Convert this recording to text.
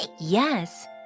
Yes